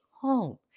home